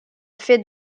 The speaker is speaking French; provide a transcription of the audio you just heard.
fait